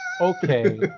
Okay